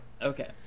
Okay